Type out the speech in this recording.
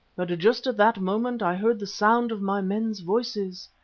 but just at that moment i heard the sound of my men's voices.